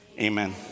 Amen